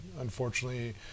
unfortunately